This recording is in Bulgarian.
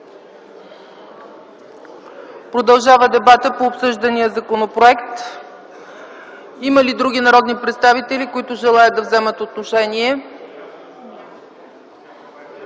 Продължава дебатът по обсъждания законопроект. Има ли други народни представители, които желаят да вземат отношение?